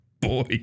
Boy